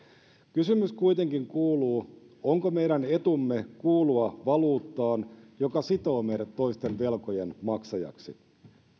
kysymys kuitenkin kuuluu onko meidän etumme kuulua valuuttaan joka sitoo meidät toisten velkojen maksajaksi